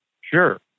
Sure